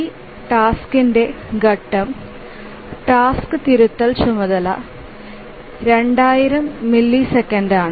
ഈ ടാസ്കിന്റെ ഘട്ടം ടാസ്ക് തിരുത്തൽ ചുമതല 2000 മില്ലിസെക്കൻഡാണ്